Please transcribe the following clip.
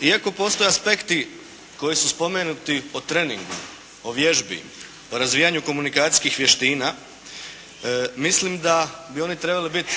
Iako postoje aspekti koji su spomenuti o treningu, o vježbi, o razvijanju komunikacijskih vještina mislim da bi oni trebali biti